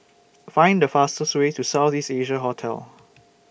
Find The fastest Way to South East Asia Hotel